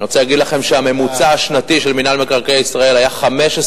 אני רוצה להגיד לכם שהממוצע השנתי של מינהל מקרקעי ישראל היה 15,000,